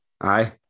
Aye